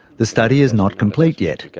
the study is not complete yet.